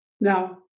Now